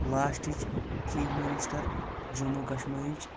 لاسٹٕچ chief minister Jammu کشمیٖرٕچ